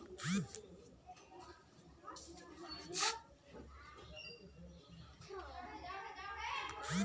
विदेशेर हिस्सा भारतत रेशम उत्पादनेर नया तकनीक वसना चाहिए